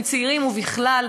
ומצעירים ובכלל: